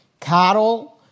cattle